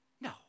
No